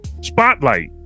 Spotlight